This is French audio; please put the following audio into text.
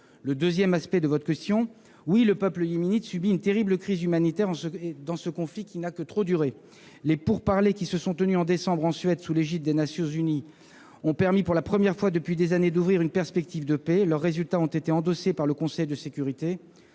le second volet de votre question, le peuple yéménite subit effectivement une terrible crise humanitaire dans ce conflit qui n'a que trop duré. Les pourparlers qui se sont tenus en décembre en Suède, sous l'égide des Nations unies, ont permis, pour la première fois depuis des années, d'ouvrir une perspective de paix. Leurs résultats ont été endossés par le Conseil de sécurité.